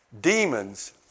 demons